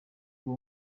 nk’u